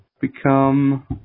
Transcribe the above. become